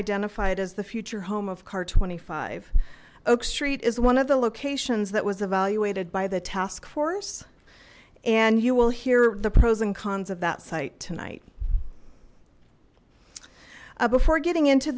identified as the future home of car twenty five oak street is one of the locations that was evaluated by the task force and you will hear the pros and cons of that site tonight before getting into